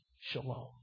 shalom